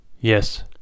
Yes